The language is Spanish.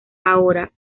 ahora